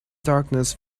darkness